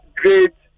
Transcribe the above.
great